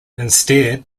instead